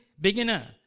beginner